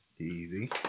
Easy